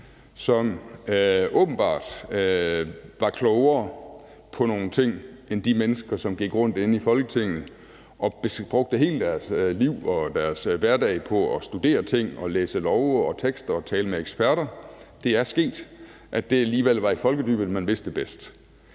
som åbenbart var klogere på nogle ting end de mennesker, som gik rundt inde i Folketinget og brugte hele deres liv og deres hverdag på at studere ting og læse love og tekster og tale med eksperter. Det er sket, at det alligevel var i folkedybet, man vidste bedst.